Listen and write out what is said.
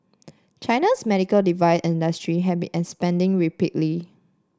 China's medical industry have been expanding rapidly